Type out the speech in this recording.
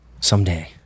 Someday